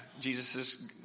Jesus